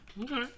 okay